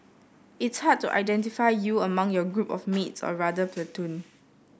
it's hard to identify you among your group of mates or rather platoon